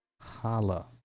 holla